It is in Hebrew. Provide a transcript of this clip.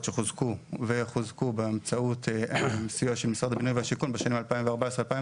שחוזקו באמצעות סיוע של משרד הבינוי והשיכון בשנים 2014-2022